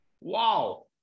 Wow